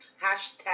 Hashtag